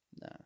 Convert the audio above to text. No